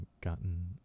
gotten